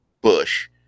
Bush